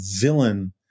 villain